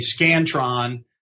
scantron